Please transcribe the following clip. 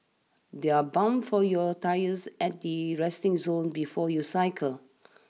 there are pumps for your tyres at the resting zone before you cycle